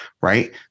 right